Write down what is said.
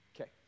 Okay